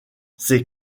c’est